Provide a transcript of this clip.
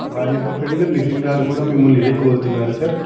వారి యొక్క ఫ్రెండ్ నితిన్ గారు కూడా మిమ్మల్ని ఇదే కోరుతున్నారు సార్